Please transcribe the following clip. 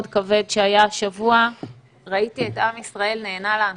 כבד שהיה השבוע ראיתי את עם ישראל נענה להנחיות.